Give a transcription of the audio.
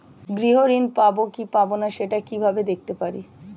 গৃহ ঋণ পাবো কি পাবো না সেটা কিভাবে দেখতে পারি?